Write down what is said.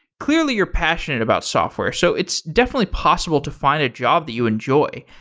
clearly, you're passionate about software, so it's definitely possible to find a job that you enjoy.